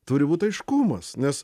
turi būt aiškumas nes